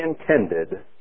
intended